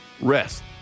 rest